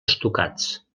estucats